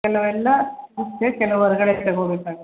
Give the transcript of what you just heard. ಕೆಲವೆಲ್ಲ ಸಿಗುತ್ತೆ ಕೆಲವು ಹೊರ್ಗಡೆ ತಗೊಬೇಕಾಗತ್ತೆ